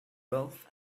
wealth